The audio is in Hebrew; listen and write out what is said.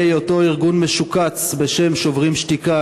אותו ארגון משוקץ בשם "שוברים שתיקה",